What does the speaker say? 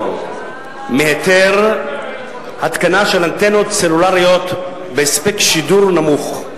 מהיתר התקנה אנטנות סלולריות בהספק שידור נמוך.